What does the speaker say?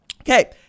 Okay